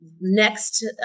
Next